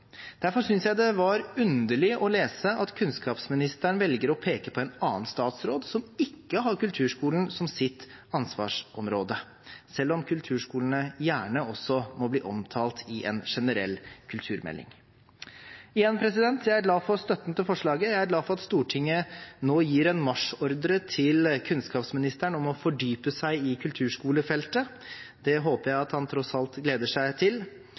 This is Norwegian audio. Derfor synes jeg det var underlig å lese at kunnskapsministeren velger å peke på en annen statsråd, som ikke har kulturskolen som sitt ansvarsområde, selv om kulturskolene gjerne også må bli omtalt i en generell kulturmelding. Igjen: Jeg er glad for støtten til forslaget. Jeg er glad for at Stortinget nå gir en marsjordre til kunnskapsministeren om å fordype seg i kulturskolefeltet. Det håper jeg at han tross alt gleder seg til.